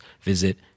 visit